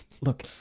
Look